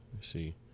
see